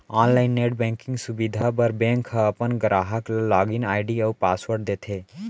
online net banking सुबिधा बर bank ह अपन गराहक ल लॉगिन आईडी अउ पासवर्ड देथे